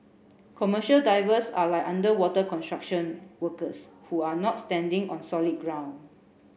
commercial divers are like underwater construction workers who are not standing on solid ground